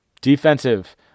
Defensive